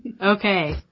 Okay